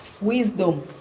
wisdom